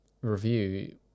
review